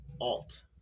alt